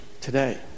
today